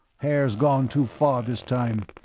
haer's gone too far this time.